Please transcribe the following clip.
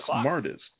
smartest